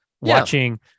watching